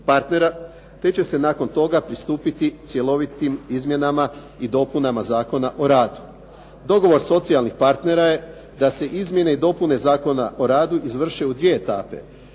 partnera, te će se nakon toga pristupiti cjelovitim izmjenama i dopunama Zakona o radu. Dogovor socijalnih partnera je da se izmjene i dopune Zakona o radu izvrše u dvije etape.